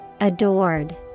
Adored